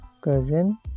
cousin